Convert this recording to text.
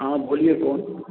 ہاں بولیے کون